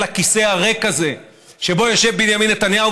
הכיסא הריק הזה שבו יושב בנימין נתניהו,